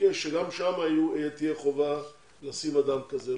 שגם שם תהיה חובה למנות אדם כזה.